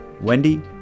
Wendy